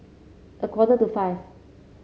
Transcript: a quarter to five